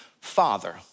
father